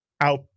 out